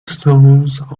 stones